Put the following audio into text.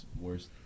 worst